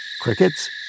crickets